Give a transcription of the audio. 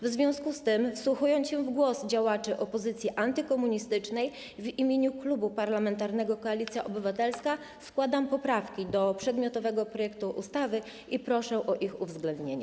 W związku z tym, wsłuchując się w głos działaczy opozycji antykomunistycznej, w imieniu Klubu Parlamentarnego Koalicja Obywatelska składam poprawki do przedmiotowego projektu ustawy i proszę o ich uwzględnienie.